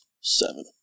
seven